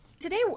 Today